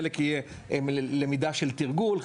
חלק יהיה למידה של תרגול,